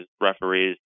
referees